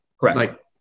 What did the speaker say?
Correct